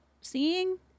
seeing